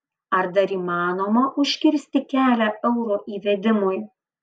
ar dar įmanoma užkirsti kelią euro įvedimui